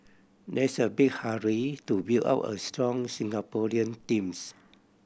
there's a big hurry to build up a strong Singaporean teams